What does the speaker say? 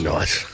Nice